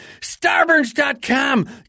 Starburns.com